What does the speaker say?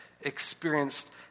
experienced